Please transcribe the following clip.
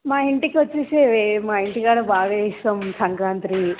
మా ఇంటికి వచ్చేసేవే మా ఇంటికాడ బాగా చేస్తాము సంక్రాంతి